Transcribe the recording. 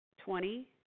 Twenty